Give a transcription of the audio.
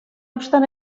obstant